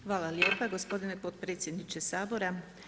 Hvala lijepo, gospodine potpredsjedniče Sabora.